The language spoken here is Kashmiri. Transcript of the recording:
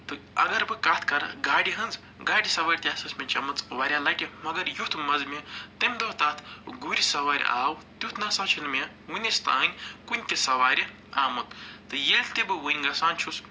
تہٕ اگر بہٕ کَتھ کَرٕ گاڑِ ہٕنٛز گاڑِ سَوٲرۍ تہِ ہسا چھِ مےٚ چٔمٕژ واریاہ لَٹہِ مگر یُتھ مَزٕ مےٚ تَمہِ دۄہ تَتھ گُرۍ سوارِ آو تیُتھ نہ سا چھُنہٕ مےٚ ؤنِس تام کُنہِ تہِ سوارِ آمُت تہٕ ییٚلہِ تہِ بہٕ وٕنہِ گژھان چھُس